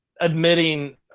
admitting